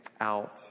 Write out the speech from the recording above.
out